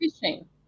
fishing